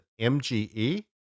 MGE